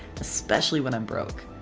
especially when i'm broke.